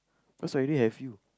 cause I already have you